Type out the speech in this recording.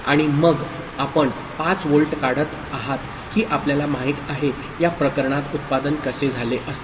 आणि मग आपण 5 व्होल्ट काढत आहात की आपल्याला माहित आहे या प्रकरणात उत्पादन कसे झाले असते